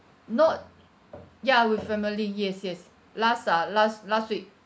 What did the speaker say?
not ya with family yes yes last ah last last week